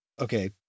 okay